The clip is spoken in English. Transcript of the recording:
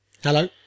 Hello